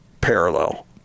parallel